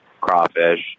crawfish